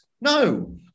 No